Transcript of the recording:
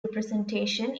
representation